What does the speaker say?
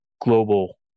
global